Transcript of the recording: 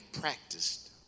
practiced